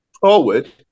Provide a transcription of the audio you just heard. forward